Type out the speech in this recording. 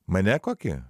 mane kokį